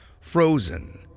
frozen